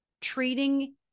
treating